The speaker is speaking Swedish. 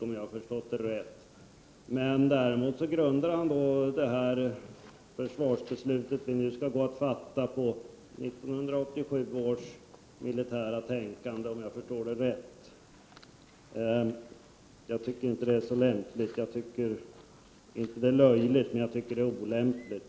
Däremot grundar han, som jag har förstått det, sin mening om det försvarsbeslut vi nu skall fatta på 1987 års militära tänkande. Jag anser inte det vara så lämpligt. Det är inte löjligt, men det är olämpligt.